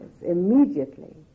immediately